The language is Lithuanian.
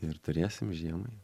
ir turėsim žiemai